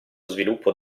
sviluppo